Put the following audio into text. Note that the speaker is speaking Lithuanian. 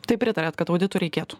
tai pritariat kad auditų reikėtų